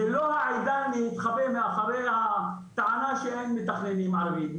זה לא העידן להתחבא מאחורי הטענה שאין מתכננים ערבים.